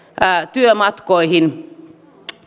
työmatkoihin